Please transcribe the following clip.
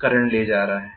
current ले जा रहा है